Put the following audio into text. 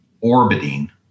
orbiting